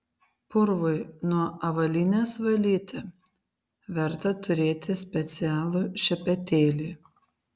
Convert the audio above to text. purvui nuo avalynės valyti verta turėti specialų šepetėlį